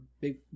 big